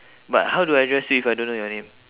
but how do I address you if I don't know your name